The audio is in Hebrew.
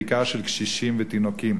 בעיקר של קשישים ותינוקות?